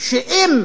שאם